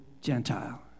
gentile